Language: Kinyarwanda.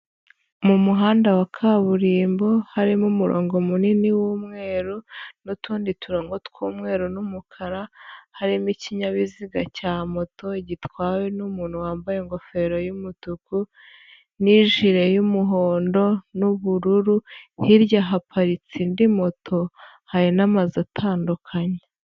Mu muhanda wa kaburimbo, harimo umurongo munini w'umweru n'utundi turongo tw'umweru n'umukara, harimo ikinyabiziga cya moto gitwawe n'umuntu wambaye ingofero y'umutuku n'ijire y'umuhondo n'ubururu, hirya haparitse indi moto, hari n'amazu atandukanye.